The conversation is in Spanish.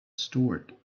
stewart